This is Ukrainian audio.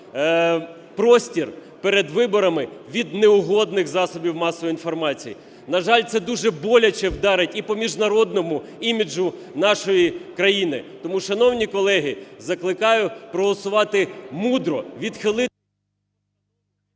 простір перед виборами від неугодних засобів масової інформації. На жаль, це дуже боляче вдарить і по міжнародному іміджу нашої країни. Тому, шановні колеги, закликаю проголосувати мудро: відхилити...